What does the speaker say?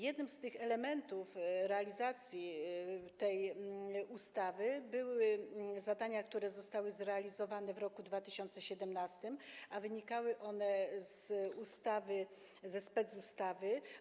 Jednym z elementów realizacji tej ustawy były zadania, które zostały zrealizowane w roku 2017, a wynikały one ze specustawy.